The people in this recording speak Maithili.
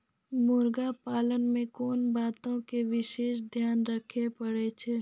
मुर्गी पालन मे कोंन बातो के विशेष ध्यान रखे पड़ै छै?